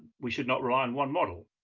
we should not rely on one model.